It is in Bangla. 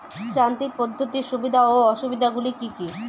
যান্ত্রিক পদ্ধতির সুবিধা ও অসুবিধা গুলি কি কি?